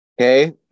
Okay